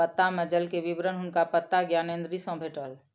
पत्ता में जल के विवरण हुनका पत्ता ज्ञानेंद्री सॅ भेटल